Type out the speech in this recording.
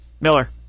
Miller